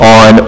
on